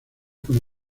con